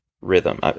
rhythm